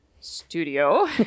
studio